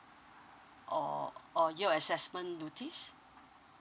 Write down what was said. or or year assessment notice